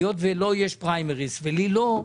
היות ולו יש פריימריס ולי לא,